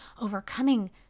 overcoming